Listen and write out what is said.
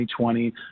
2020